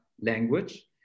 language